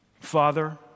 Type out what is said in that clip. Father